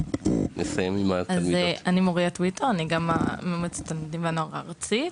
שמי מוריה טויטו ואני נציגה ממועצת התלמידים והנוער הארצית.